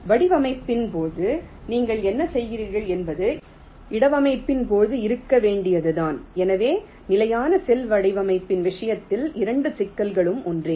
எனவே வடிவமைப்பின் போது நீங்கள் என்ன செய்தீர்கள் என்பது இடவமைப்பில்பின் போது இருக்க வேண்டியதுதான் எனவே நிலையான செல் வடிவமைப்பின் விஷயத்தில் இரண்டு சிக்கல்களும் ஒன்றே